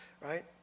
right